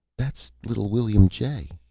that's little william j.